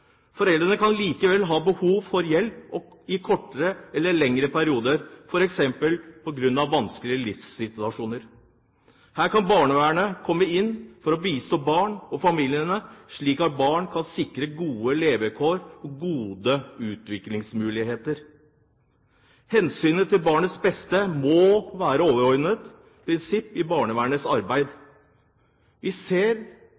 Foreldrene kan likevel ha behov for hjelp i kortere eller lengre perioder, f.eks. på grunn av vanskelige livssituasjoner. Her kan barnevernet komme inn for å bistå barn og familiene, slik at barn kan sikres gode levekår og gode utviklingsmuligheter. Hensynet til barnets beste må være et overordnet prinsipp i barnevernets arbeid. Vi ser